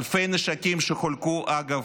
אלפי כלי נשק שחולקו, אגב,